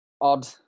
odd